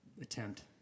attempt